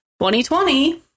2020